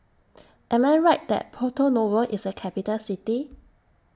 Am I Right that Porto Novo IS A Capital City